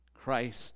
Christ